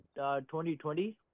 2020